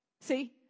See